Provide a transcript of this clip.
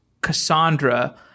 cassandra